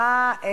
נתקבלה.